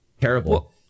terrible